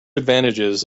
advantages